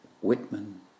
Whitman